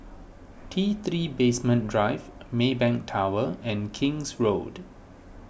T three Basement Drive Maybank Tower and King's Road